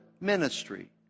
ministry